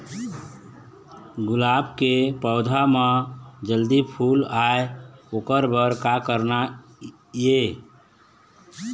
गुलाब के पौधा म जल्दी फूल आय ओकर बर का करना ये?